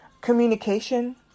Communication